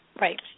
Right